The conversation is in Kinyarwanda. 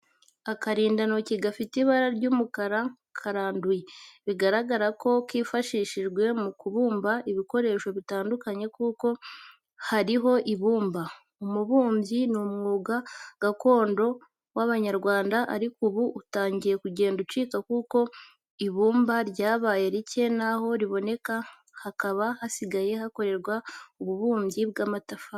Akarindantoki gafite ibara ry'umukara karanduye, bigaragara ko kifashishijwe mu kubumba ibikoresho bitandukanye kuko kariho ibumba. Ububumbyi ni umwuga gakondo w'abanyarwanda ariko ubu utangiye kugenda ucika kuko ibumba ryabaye ricye n'aho riboneka hakaba hasigaye hakorerwa ububumbyi bw'amatafari.